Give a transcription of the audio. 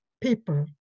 people